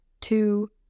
two